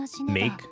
make